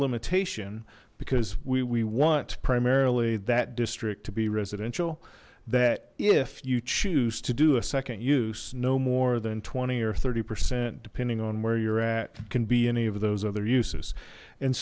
limitation because we want primarily that district to be residential that if you choose to do a second use no more than twenty or thirty percent depending on where you're at can be any of those other uses and